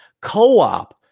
co-op